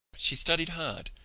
she studied hard,